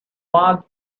walked